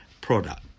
product